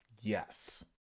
Yes